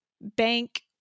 bank